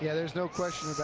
yeah there's no question